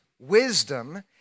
wisdom